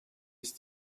ist